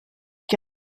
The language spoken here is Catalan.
què